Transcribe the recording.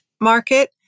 market